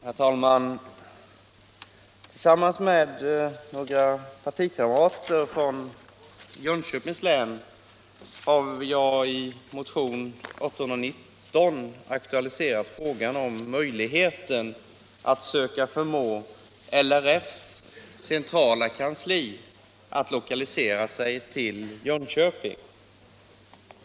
Herr talman! Tillsammans med några partikamrater från Jönköpings län har jag i motionen 819 aktualiserat frågan om möjligheten att förmå LRF:s centrala kansli att lokalisera sig till Jönköping.